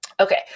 Okay